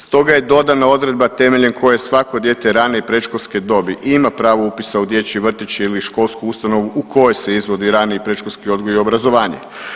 Stoga je dodana odredba temeljem koje svako dijete rane i predškolske dobi ima pravo upisa u dječji vrtić ili školsku ustanovu u kojoj se izvodi radi i predškolski odgoj i obrazovanje.